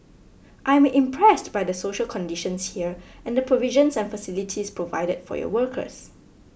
I am impressed by the social conditions here and the provisions and facilities provided for your workers